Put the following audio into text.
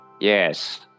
yes